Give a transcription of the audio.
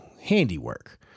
handiwork